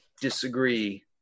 disagree